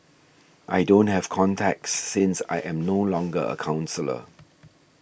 I don't have contacts since I am no longer a counsellor